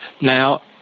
now